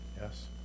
Yes